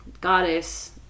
goddess